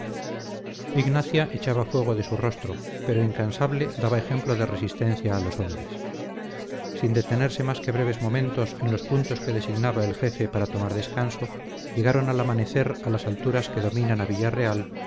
ignacia echaba fuego de su rostro pero incansable daba ejemplo de resistencia a los hombres sin detenerse más que breves momentos en los puntos que designaba el jefe para tomar descanso llegaron al amanecer a las alturas que dominan a villarreal